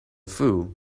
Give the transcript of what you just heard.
fool